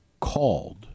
called